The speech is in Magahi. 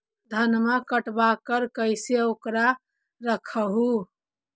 धनमा कटबाकार कैसे उकरा रख हू?